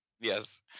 Yes